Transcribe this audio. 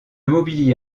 mobilier